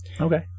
Okay